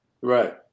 Right